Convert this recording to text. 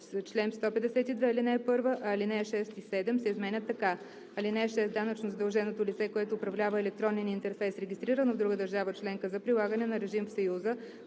„чл. 152, ал. 1“, а ал. 6 и 7 се изменят така: „(6) Данъчно задълженото лице, което управлява електронен интерфейс, регистрирано в друга държава членка за прилагане на режим в Съюза,